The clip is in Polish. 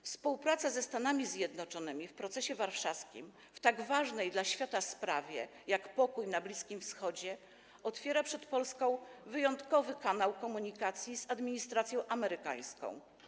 Współpraca ze Stanami Zjednoczonymi w procesie warszawskim w tak ważnej dla świata sprawie jak pokój na Bliskim Wschodzie otwiera przed Polską wyjątkowy kanał komunikacji z administracją amerykańską.